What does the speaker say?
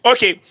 Okay